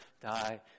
die